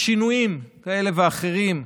בשינויים כאלה ואחרים,